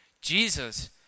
Jesus